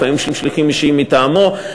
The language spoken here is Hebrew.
לפעמים שליחים אישיים מטעמו,